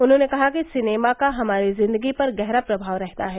उन्होंने कहा कि सिनेमा का हमारी जिन्दगी पर गहरा प्रभाव रहता है